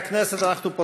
הצעות לסדר-היום מס' 5638,